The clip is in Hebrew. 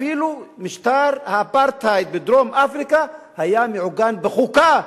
אפילו משטר האפרטהייד בדרום-אפריקה היה מעוגן בחוקה,